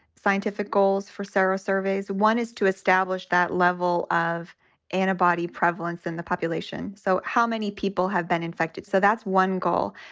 scientific goals for several surveys. one is to establish that level of antibody prevalence in the population. so how many people have been infected? so that's one goal.